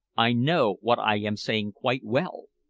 i know what i am saying quite well.